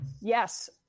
Yes